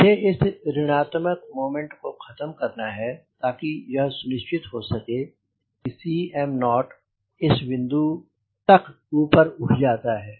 मुझे इस ऋणात्मक मोमेंट को खत्म करना है ताकि यह सुनिश्चित हो सके कि Cm0 इस बिंदु तक ऊपर उठ जाता है